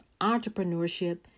entrepreneurship